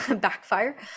backfire